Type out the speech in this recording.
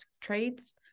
traits